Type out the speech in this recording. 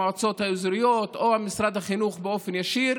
המועצות האזוריות או משרד החינוך באופן ישיר,